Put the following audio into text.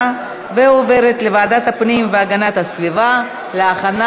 לוועדת הפנים והגנת הסביבה נתקבלה.